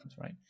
right